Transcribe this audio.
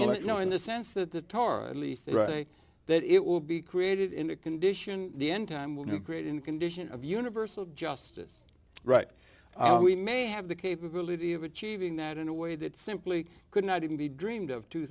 you know in the sense that the torah at least the right that it will be created in a condition the end time will do great in condition of universal justice right we may have the capability of achieving that in a way that simply could not even be dreamed of two